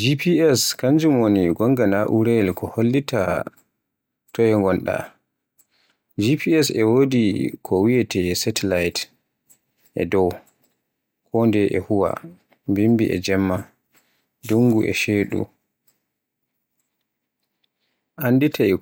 GPS kanjum woni gonga na'urayel ko hollinta toye ngonda. GPS e wodi ko wiyeete setilayit e dow kondeye e huwa bimbi e Jemma, dungu e ceedu, anditaay